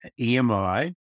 EMI